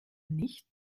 nicht